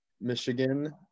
Michigan